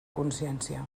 consciència